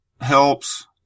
helps